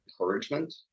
encouragement